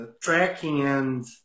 tracking